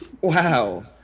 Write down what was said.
Wow